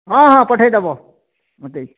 ହଁ ହଁ ପଠେଇଦେବ ମୋତେ